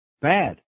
Bad